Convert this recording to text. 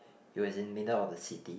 it was in middle of the city